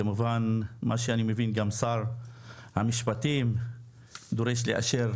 כמובן מה שאני מבין גם שר המשפטים דורש לאשר